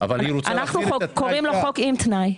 אנחנו קוראים לו חוק עם תנאי.